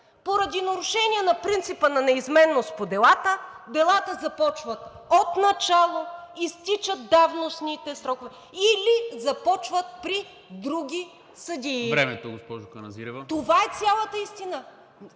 поради нарушения на принципа на неизменност по делата, делата започват отначало, изтичат давностните срокове или започват при други съдии. ПРЕДСЕДАТЕЛ НИКОЛА